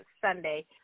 sunday